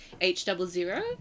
H-double-zero